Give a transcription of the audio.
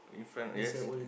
in front yes